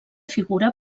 figura